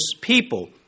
people